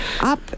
up